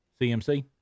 CMC